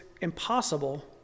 impossible